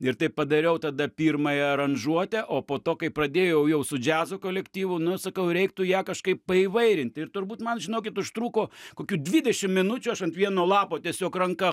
ir tai padariau tada pirmąją aranžuotę o po to kai pradėjau jau su džiazo kolektyvu nu sakau reiktų ją kažkaip paįvairinti ir turbūt man žinokit užtruko kokių dvidešim minučių aš ant vieno lapo tiesiog ranka